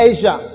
Asia